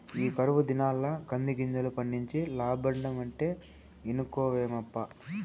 ఈ కరువు దినాల్ల కందిగింజలు పండించి లాబ్బడమంటే ఇనుకోవేమప్పా